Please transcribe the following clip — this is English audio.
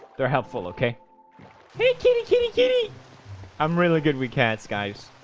they're helpful. okay i'm really good with cats guys